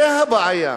זה הבעיה.